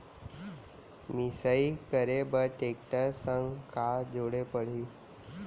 मिसाई करे बर टेकटर संग का जोड़े पड़ही?